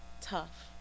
tough